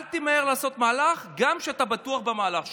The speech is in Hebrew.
אל תמהר לעשות מהלך גם כשאתה בטוח במהלך שלך.